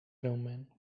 greument